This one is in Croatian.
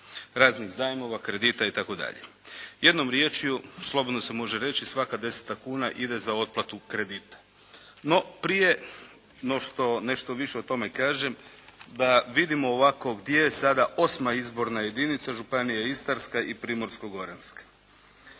raznih zajmova, kredita itd. Jednom riječju, slobodno se može reći svaka deseta kuna ide za otplatu kredita. No prije no što nešto više o tome kažem da vidimo ovako gdje je sada 8. izborna jedinica, županija Istarska i Primorsko-Goranska?